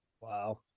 Wow